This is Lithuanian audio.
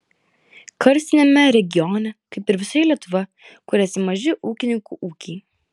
karstiniame regione kaip ir visoje lietuvoje kuriasi maži ūkininkų ūkiai